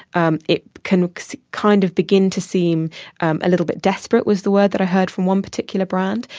um it can kind of begin to seem a little bit desperate was the word that i heard from one particular brand.